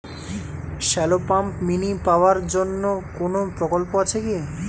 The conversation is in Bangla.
শ্যালো পাম্প মিনি পাওয়ার জন্য কোনো প্রকল্প আছে কি?